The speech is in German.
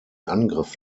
angriff